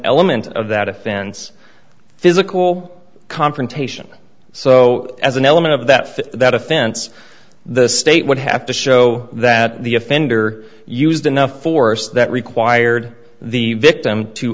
element of that offense physical confrontation so as an element of that that offense the state would have to show that the offender used enough force that required the victim to